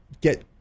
Get